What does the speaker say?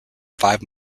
five